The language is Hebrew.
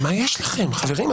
מה יש לכם, חברים?